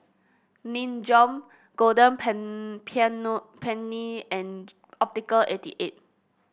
Nin Jiom Golden Peony and Optical eighty eight